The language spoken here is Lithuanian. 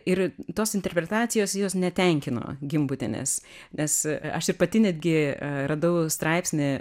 ir tos interpretacijos jos netenkino gimbutienės nes aš ir pati netgi radau straipsnį